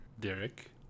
derek